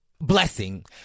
blessing